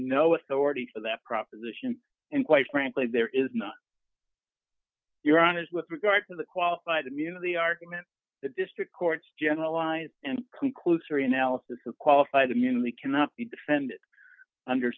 no authority for that proposition and quite frankly there is not your honour's with regard to the qualified immunity argument the district courts generalized and conclusory analysis of qualified immunity cannot be defended under